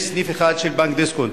יש סניף אחד של בנק דיסקונט,